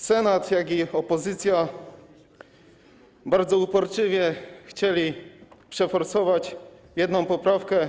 Senat, jak również opozycja bardzo uporczywie chcieli przeforsować jedną poprawkę.